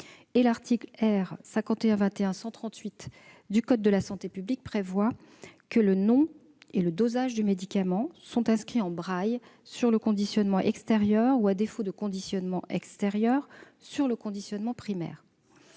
l'article R. 5121-138 du code de la santé publique prévoit que le nom et le dosage du médicament sont inscrits en braille sur le conditionnement extérieur ou, à défaut, sur le conditionnement primaire.